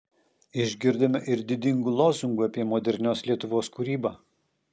išgirdome ir didingų lozungų apie modernios lietuvos kūrybą